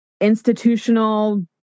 Institutional